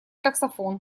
таксофон